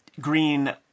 green